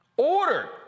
Ordered